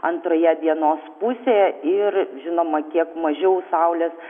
antroje dienos pusėje ir žinoma kiek mažiau saulės